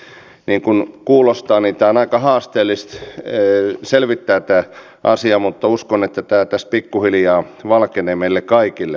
niin kuin kuulostaa tämä asia on aika haasteellista selvittää mutta uskon että tämä tästä pikkuhiljaa valkenee meille kaikille